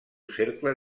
cercle